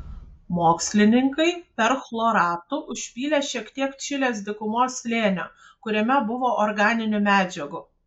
mokslininkai perchloratu užpylė šiek tiek čilės dykumos slėnio kuriame buvo organinių medžiagų